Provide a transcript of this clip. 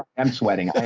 i'm sweating.